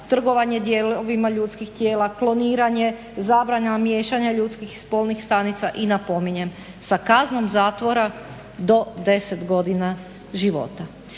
trgovanje dijelovima ljudskih tijela, kloniranje, zabrana miješanja ljudskih spolnih stanica i napominjem sa kaznom zatvora do 10 godina života.